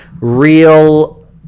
real